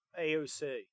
AOC